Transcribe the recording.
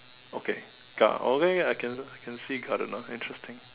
okay gar~ okay ya I can see gardener interesting